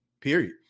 Period